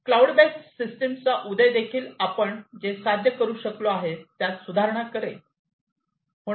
cloud based सिस्टमचा उदय देखील आपण जे साध्य करू शकलो आहोत त्यात सुधारणा करेल